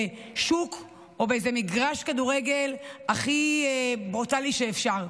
שוק או באיזה מגרש כדורגל הכי ברוטלי שאפשר.